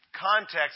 context